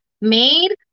made